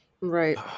Right